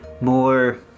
more